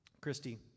Christy